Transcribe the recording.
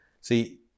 See